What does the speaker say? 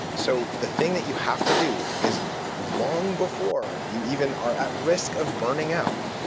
so the thing that you have to do is long before you even are at risk of burning out,